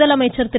முதலமைச்சர் திரு